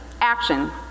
Action